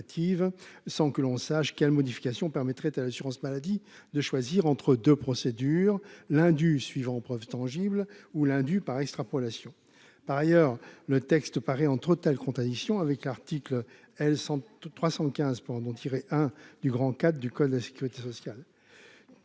sans que l'on sache quelle modification permettrait à l'assurance maladie de choisir entre 2 procédures, l'Hindu suivant preuve tangible ou par extrapolation, par ailleurs, le texte paraît entre telle contradiction avec l'article L 100 315 tirer hein du grand 4 du code de la sécurité sociale,